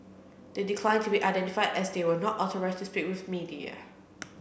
they declined to be identified as they were not authorised to speak with media